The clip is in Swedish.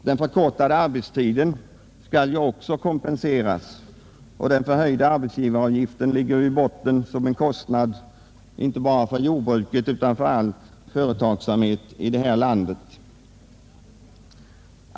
Den förkortade arbetstiden skall också kompenseras, och den förhöjda arbetsgivaravgiften ligger i botten som kostnad inte bara för jordbruket utan också för all företagsamhet här i landet.